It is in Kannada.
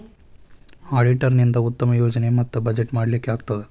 ಅಡಿಟರ್ ನಿಂದಾ ಉತ್ತಮ ಯೋಜನೆ ಮತ್ತ ಬಜೆಟ್ ಮಾಡ್ಲಿಕ್ಕೆ ಆಗ್ತದ